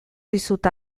dizut